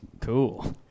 Cool